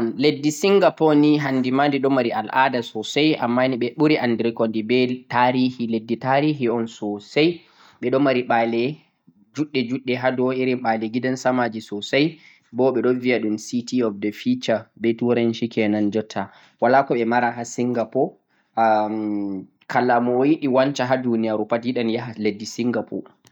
leddi Singapore ni handi ma di ɗo mari al'ada sosai amma ni ɓe ɓuri andrigo be tarihi, leddi tarihi un sosai ɓe ɗo mari ɓa'le juɗɗe juɗɗe ha dow irin ɓa'le gidan samaji sosai bo ɓe ɗo viya ɗum city of the future be turanci kenan jotta. Wala ko ɓe mara ha Singapore am kala mo yiɗi wanca ha duniyaru pat yiɗan yaha leddi Singapore.